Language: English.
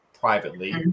privately